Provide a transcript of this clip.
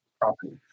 property